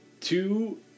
two